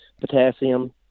potassium